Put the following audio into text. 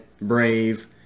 brave